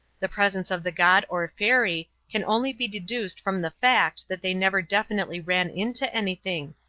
the presence of the god or fairy can only be deduced from the fact that they never definitely ran into anything,